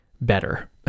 better